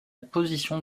position